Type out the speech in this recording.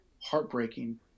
heartbreaking